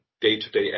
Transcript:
day-to-day